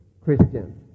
Christian